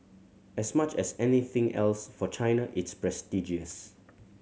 as much as anything else for China it's prestigious